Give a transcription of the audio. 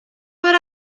but